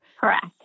Correct